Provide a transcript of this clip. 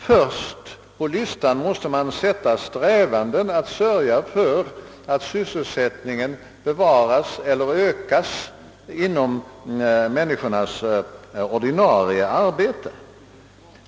Först på listan måste man, menar jag, sätta strävandena att sörja för att sysselsättningen bevaras eller ökas inom medborgarnas ordinarie arbeten.